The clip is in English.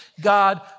God